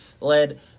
led